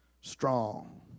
Strong